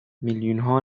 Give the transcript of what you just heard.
میلیونها